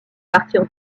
partir